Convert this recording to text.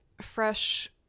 fresh